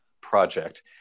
project